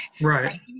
right